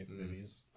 movies